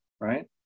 right